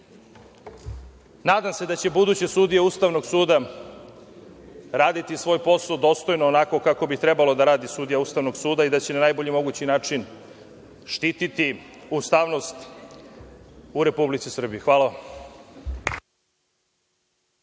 nadam se da će buduće sudije Ustavnog suda raditi svoj posao dostojno, onako kako bi trebalo da radi sudija Ustavnog suda i da će na najbolji mogući način štititi ustavnost u Republici Srbiji. Hvala.